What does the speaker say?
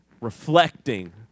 reflecting